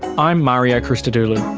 i'm mario christodoulou